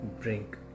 drink